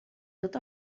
tot